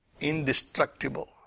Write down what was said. indestructible